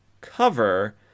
cover